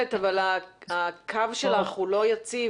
מתנצלת אבל הקו שלך הוא לא יציב.